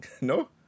No